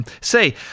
Say